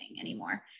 anymore